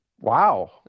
Wow